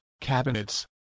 cabinets